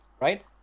right